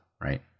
right